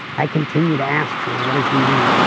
i continue to ask sean what does he need,